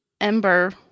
Ember